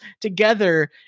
together